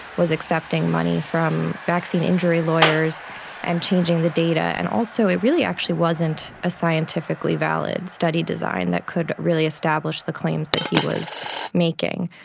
was accepting money from vaccine injury lawyers and changing the data. and also it really actually wasn't a scientifically valid study design that could really establish the claims that he was making.